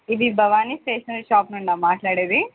ఇది Bhavani stationery shop నుండి మాట్లాడేది